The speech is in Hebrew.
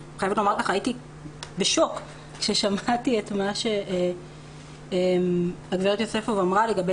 הייתי בשוק כששמעתי את מה שהגברת יוספוף אמרה לגבי